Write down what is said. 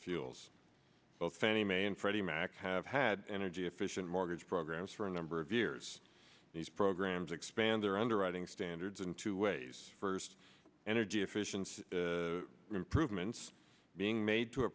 mac's have had energy efficient mortgage programs for a number of years these programs expand their underwriting standards in two ways first energy efficiency improvements being made to